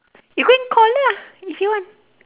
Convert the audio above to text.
you go and call lah if you want